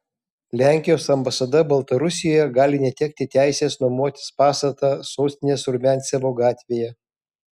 lenkijos ambasada baltarusijoje gali netekti teisės nuomotis pastatą sostinės rumiancevo gatvėje